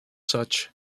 such